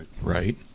Right